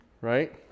Right